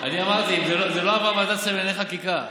אני אמרתי: זה לא עבר ועדת שרים לענייני חקיקה,